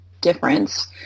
difference